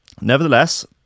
Nevertheless